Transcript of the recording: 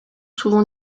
souvent